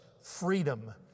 freedom